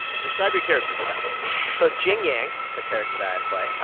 ah describe your character for them so jian-yang, the character that i play,